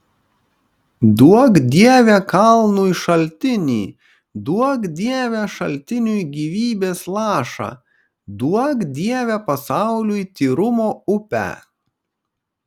duok dieve kalnui šaltinį duok dieve šaltiniui gyvybės lašą duok dieve pasauliui tyrumo upę